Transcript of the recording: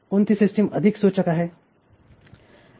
कोणती सिस्टिम अधिक अचूक आहे